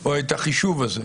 או את החישוב הזה?